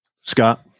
Scott